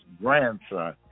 grandson